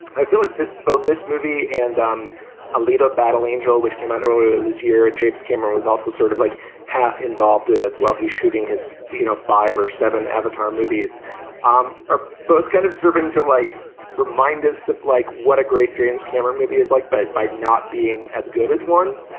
i feel like this both this movie and um alito battle angel which came out earlier this year james cameron was also sort of like half involved with while he's shooting his you know five or seven avatar movies um are both kind of serving to like remind us of like what a great james cameron movie is like but by not being as good as one.